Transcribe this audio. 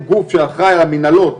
הוא גוף שאחראי על המִנהלות,